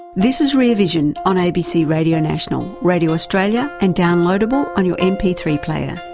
this is rear vision on abc radio national, radio australia and downloadable on your m p three player.